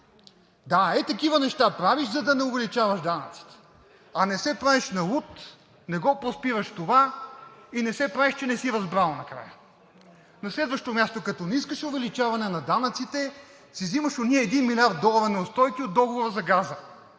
Да, ето такива неща правиш, за да не увеличаваш данъците, а не се правиш на луд, не го проспиваш това и не се правиш, че не си разбрал накрая. На следващо място, като не искаш увеличаване на данъците, си взимаш онези 1 млрд. долара неустойки от договора за газа,